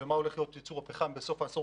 לעומת מה שכבר אמרתי לגבי סוף העשור.